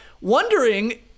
wondering